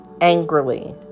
angrily